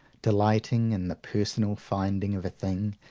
delighting in the personal finding of a thing,